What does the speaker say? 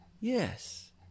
yes